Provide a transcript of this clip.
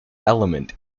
element